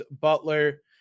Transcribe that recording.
Butler